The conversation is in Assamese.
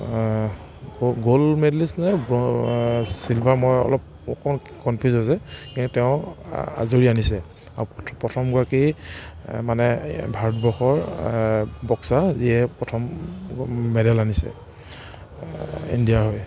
গ' গ'ল্ড মেডেলিষ্ট নে চিলভাৰ মই অলপ অকণ কনফিউজ হৈছে সেই তেওঁ আঁজুৰি আনিছে আৰু প্ৰথমগৰাকী মানে ভাৰতবৰ্ষৰ বক্সাৰ যিয়ে প্ৰথম মেডেল আনিছে ইণ্ডিয়াৰ হৈ